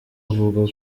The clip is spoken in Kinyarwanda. avuga